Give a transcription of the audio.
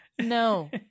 No